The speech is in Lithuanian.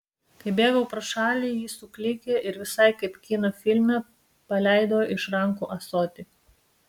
kai bėgau pro šalį ji suklykė ir visai kaip kino filme paleido iš rankų ąsotį